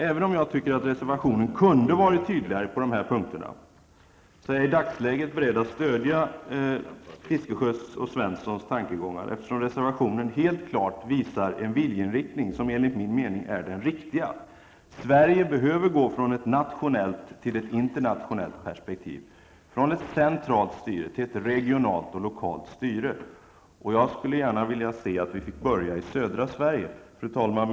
Även om jag tycker att reservationen kunde ha varit tydligare på de här punkterna, är jag i dagens läge beredd att stödja herrar Fiskesjös och Svenssons tankegångar, eftersom reservationen helt klart visar en viljeinriktning som enligt min mening är den riktiga. Sverige behöver gå från ett nationellt till ett internationellt perspektiv, från ett centralt styre till ett regionalt och lokalt styre. Jag skulle gärna se att vi fick börja i södra Sverige. Fru talman!